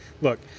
Look